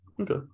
Okay